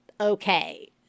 okay